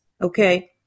okay